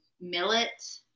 millet